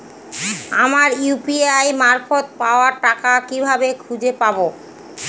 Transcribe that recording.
আমার ইউ.পি.আই মারফত পাওয়া টাকা কিভাবে খুঁজে পাব?